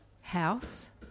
house